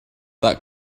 that